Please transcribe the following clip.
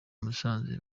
musanze